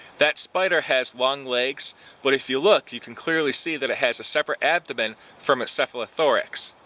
that spider has long legs but if you look, you can clearly see that it has a seperate abdomen from it's cephalothorax.